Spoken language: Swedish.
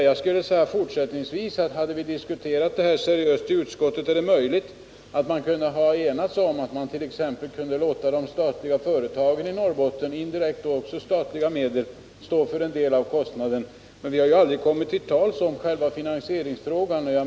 Jag skulle också vilja säga att om vi hade diskuterat detta seriöst i utskottet är det möjligt att vi kunde ha enat oss om att t.ex. låta de statliga företagen i Norrbotten stå för en del av kostnaden — det är också indirekt statliga medel. Men vi har aldrig kommit till tals om själva finansieringsfrågan.